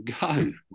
Go